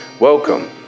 Welcome